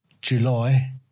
July